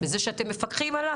בזה שאתם מפקחים עליו?